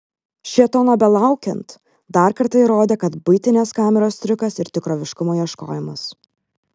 šėtono belaukiant dar kartą įrodė kad buitinės kameros triukas ir tikroviškumo ieškojimas